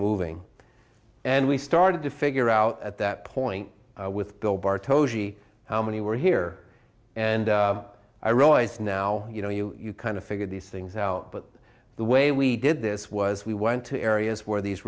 moving and we started to figure out at that point with bill bartos how many were here and i realize now you know you kind of figured these things out but the way we did this was we went to areas where these